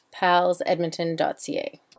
palsedmonton.ca